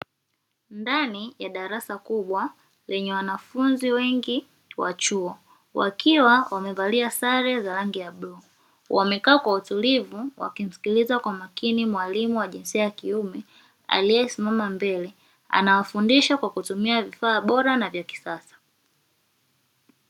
Ndani ya darasa kubwa lenye wanafunzi wengi wa chuo wakiwa wamevalia sare za rangi ya bluu, wamekaa kwa utulivu wakimsikiliza kwa makini mwalimu wa jinsia ya kiume aiesimama mbele anawafundisha kwa kutumia vifaa bora na vya kisasa.